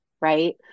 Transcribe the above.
right